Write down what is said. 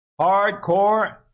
hardcore